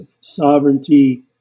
sovereignty